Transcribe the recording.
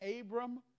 Abram